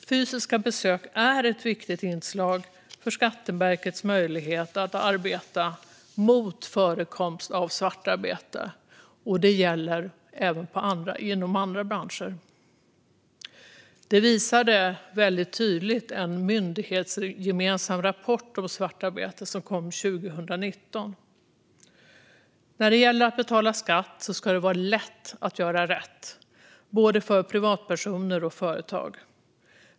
Fysiska besök är ett viktigt inslag för Skatteverkets möjlighet att arbeta mot förekomsten av svartarbete, och det gäller även inom andra branscher. Det visade väldigt tydligt en myndighetsgemensam rapport om svartarbete som kom 2019. När det gäller att betala skatt ska det vara lätt att göra rätt både för privatpersoner och för företag.